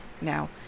Now